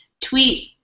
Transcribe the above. Tweet